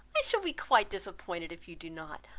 i shall be quite disappointed if you do not.